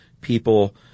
people